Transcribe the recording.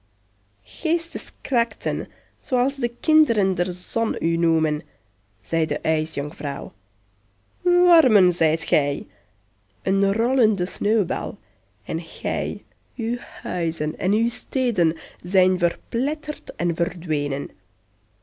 beschijnt geesteskrachten zooals de kinderen der zon u noemen zei de ijsjonkvrouw wormen zijt gij een rollende sneeuwbal en gij uw huizen en uw steden zijn verpletterd en verdwenen